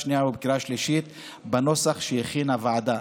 שנייה ובקריאה שלישית בנוסח שהכינה הוועדה.